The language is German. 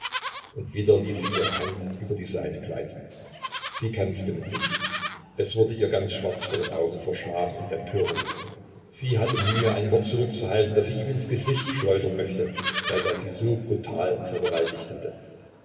und wieder ließ sie ihre hand über die seine gleiten sie kämpfte mit sich es wurde ihr ganz schwarz vor den augen vor scham und empörung sie hatte mühe ein wort zurückzuhalten das sie ihm ins gesicht schleudern möchte weil er sie so brutal vergewaltigt hatte